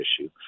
issue